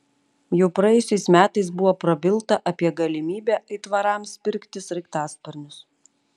jau praėjusiais metais buvo prabilta apie galimybę aitvarams pirkti sraigtasparnius